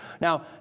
Now